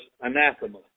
anathema